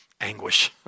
Anguish